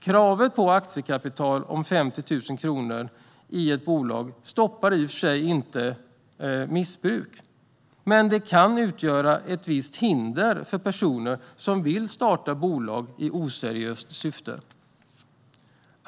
Kravet på ett aktiekapital om 50 000 kronor i ett bolag stoppar i och för sig inte missbruk, men det kan utgöra ett visst hinder för personer som vill starta ett bolag i oseriöst syfte.